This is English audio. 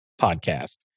Podcast